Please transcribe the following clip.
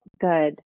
good